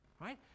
right